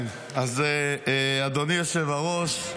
אדוני היושב-ראש,